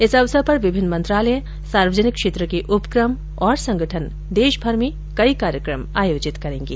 इस अवसर पर विभिन्न मंत्रालय सार्वजनिक क्षेत्र के उपक्रम और संगठन देशभर में अनेक कार्यक्रम आयोजित करेंगे